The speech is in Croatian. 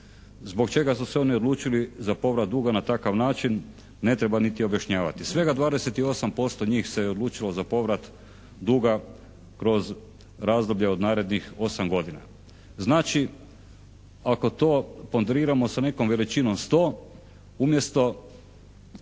Zbog čega su se oni odlučili za povrat duga na takav način ne treba niti objašnjavati. Svega 28% njih se je odlučilo za povrat duga kroz razdoblje od narednih 8 godina. Znači ako to … /Ne razumije se./ … sa nekom veličinom sto umjesto